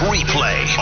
Replay